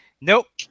Nope